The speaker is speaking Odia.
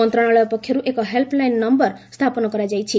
ମନ୍ତ୍ରଣାଳୟ ପକ୍ଷରୁ ଏକ ହେଲ୍ସଲାଇନ୍ ନମ୍ବର ସ୍ଥାପନ କରାଯାଇଛି